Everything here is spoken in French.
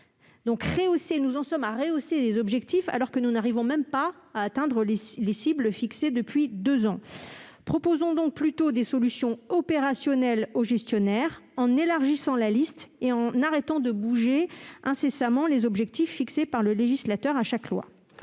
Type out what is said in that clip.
7 %. Nous en sommes à rehausser les objectifs, alors que nous n'arrivons même pas à atteindre les cibles fixées depuis deux ans ! Proposons donc plutôt des solutions opérationnelles aux gestionnaires en élargissant la liste et en arrêtant de modifier sans cesse les objectifs fixés par le législateur à chaque loi.